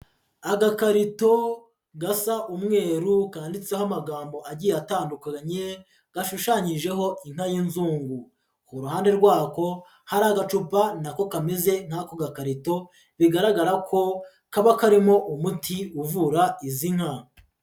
Agakarito gasa umweru kanditseho amagambo agiye atandukanye gashushanyijeho inka y'inzungu, ku ruhande rwa ko hari agacupa na ko kameze nk'ako gakarito bigaragara ko kaba karimo umuti uvura izi nka.